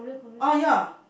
oh ya